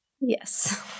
Yes